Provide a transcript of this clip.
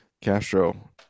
Castro